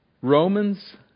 Romans